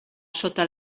sota